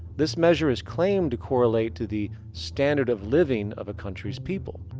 this measure is claimed to correlate to the standard of living of a country's people.